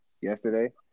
yesterday